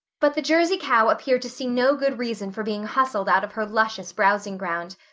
but the jersey cow appeared to see no good reason for being hustled out of her luscious browsing ground.